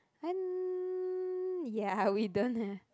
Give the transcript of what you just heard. and ya we don't have